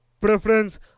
preference